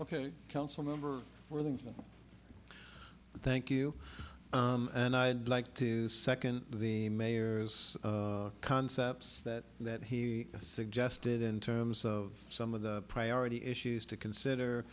talking council member thank you and i'd like to second the mayor's concepts that that he suggested in terms of some of the priority issues to consider